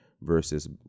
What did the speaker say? versus